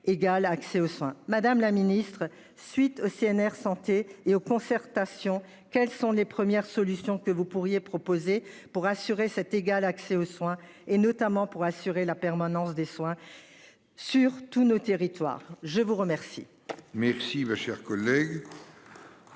madame la Ministre, suite au CNR santé et aux concertations, quelles sont les premières solutions que vous pourriez proposer pour assurer cet égal accès aux soins et notamment pour assurer la permanence des soins. Sur tous nos territoires. Je vous remercie. Merci ma chère collègue.